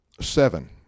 seven